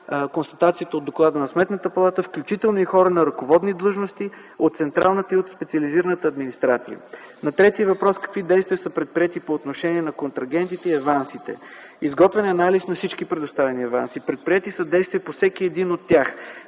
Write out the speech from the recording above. констатациите от доклада на Сметната палата, включително и хора на ръководни длъжности от централната и специализираната администрация. На третия въпрос – какви действия са предприети по отношение на контрагентите и авансите, изготвен е анализ на всички предоставени аванси. Предприети са действия по всеки един от тях.